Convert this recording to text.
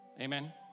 Amen